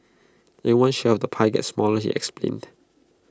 everyone's share the pie gets smaller he explained